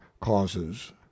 causes